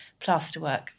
plasterwork